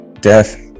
death